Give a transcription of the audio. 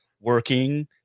working